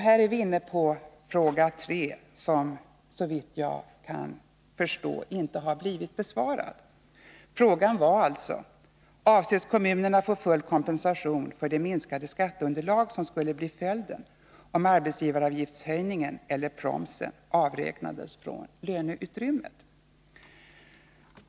Här är vi inne på den tredje frågan, som — såvitt jag kan förstå — inte har blivit besvarad. Frågan löd alltså: Avses kommunerna få full kompensation för det minskade skatteunderlag som skulle bli föjden om arbetsgivaravgiftshöjningen eller promsen avräknades från löneutrymmet?